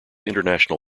international